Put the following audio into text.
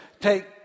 take